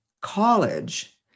college